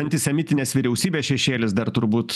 antisemitinės vyriausybės šešėlis dar turbūt